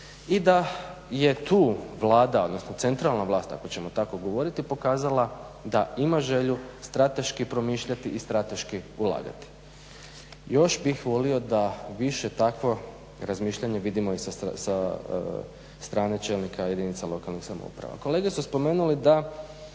i da je tu Vlada odnosno centralna vlast ako ćemo tako govoriti, pokazala da ima želju strateški promišljati i strateški ulagati. Još bih volio da više takvo razmišljanje vidimo i sa strane čelnika jedinica lokalnih samouprava. Kolege su spomenule da